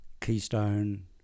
Keystone